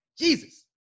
Jesus